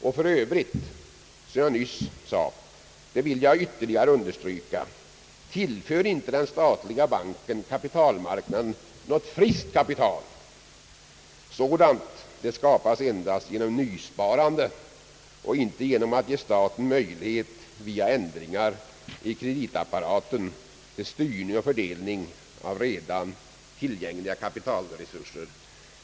Och jag vill ytterligare understryka vad jag nyss sade att den statliga banken inte tillför kapitalmarknaden något nytt kapital. Sådant skapas endast genom nysparande och inte genom att man ger staten möjlighet att via ändringar i kreditapparaten styra och fördela redan tillgängliga kapitalresurser.